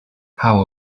how